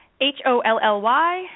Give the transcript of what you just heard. H-O-L-L-Y